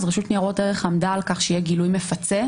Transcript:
רשות ניירות ערך עמדה על כך שיהיה גילוי מפצה,